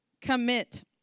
commit